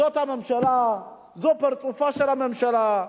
זאת הממשלה, זה פרצופה של הממשלה.